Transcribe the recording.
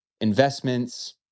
investments